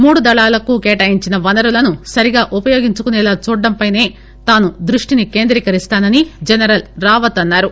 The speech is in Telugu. మూడు దళాలకు కేటాయించిన వనరులను సరిగా ఉపయోగించుకునేలా చూడటం పైనే తాను దృష్టి కేంద్రకరిస్తానని జనరల్ రావత్ అన్నారు